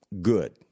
good